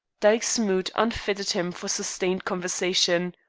dyke's mood unfitted him for sustained conversation.